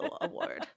award